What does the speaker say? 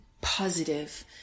positive